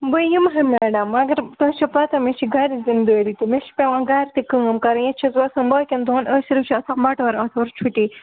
بہٕ یِمہٕ ہہ میڈم مگر تۄہہِ چھو پَتہ مےٚ چھِ گَرِچ ذِمدٲری تہٕ مےٚ چھِ پٮ۪وان گَرِ تہِ کٲم کَرٕنۍ ییٚتہِ چھَس بہٕ آسان باقٕیَن دۄہَن أتھۍ صرف چھِ آسان بَٹوار آتھوار چھُٹی